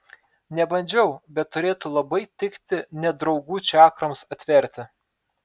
nebandžiau bet turėtų labai tikti nedraugų čakroms atverti